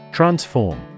Transform